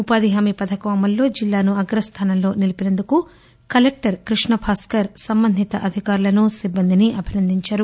ఉపాధి హామీ పథకం అమల్లో జిల్లాను అగ్రస్థానంలో నిలిపినందుకు కలెక్టర్ కృష్ణభాస్కర్ సంబంధిత అధికారులను సిబ్బందిని అభినందించారు